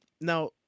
now